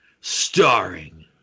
starring